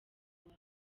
wawe